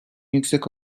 yüksek